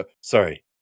sorry